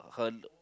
her l~